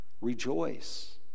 rejoice